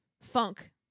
funk